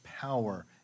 power